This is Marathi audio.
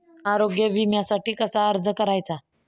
आरोग्य विम्यासाठी कसा अर्ज करायचा?